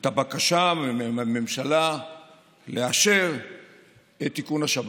את הבקשה מהממשלה לאשר את איכון השב"כ.